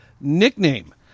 nickname